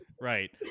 Right